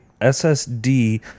SSD